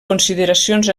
consideracions